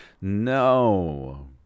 no